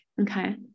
okay